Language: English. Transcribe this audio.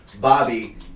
Bobby